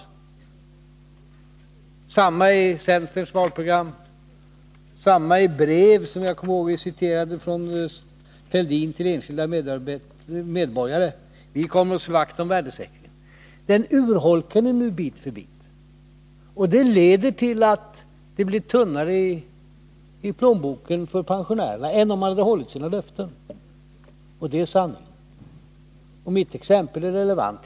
Detsamma återfinns i centerns valprogram och i brev från Thorbjörn Fälldin till enskilda medborgare som vi har citerat: Vi kommer att slå vakt om värdesäkringen. Den urholkar ni nu bit för bit. Det leder till att det blir tunnare i plånboken för pensionärerna än om man hade hållit sina löften. Det är sant. Och mitt exempel är relevant.